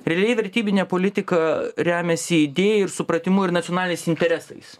realiai vertybinė politika remiasi idėjų ir supratimu ir nacionaliniais interesais